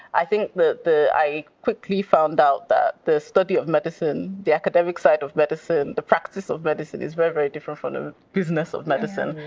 i think that i quickly found out that the study of medicine, the academic side of medicine, the practice of medicine is very, very different from the business of medicine.